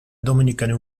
dominican